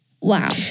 Wow